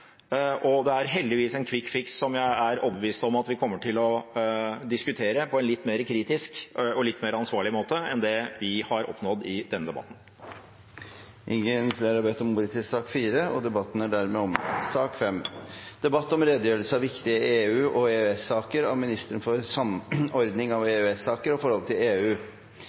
ansvarlig. Det er heldigvis en «quick fix» som jeg er overbevist om at vi kommer til å diskutere på en litt mer kritisk og ansvarlig måte enn det vi har oppnådd i denne debatten. Flere har ikke bedt om ordet til sak nr. 4. Etter ønske fra utenriks- og forsvarskomiteen vil presidenten foreslå at debatten blir begrenset til 1 time og 35 minutter, og